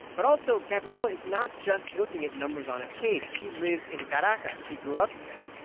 but also, gabriela is not just looking at numbers on a page. she lives in caracas. she grew up there.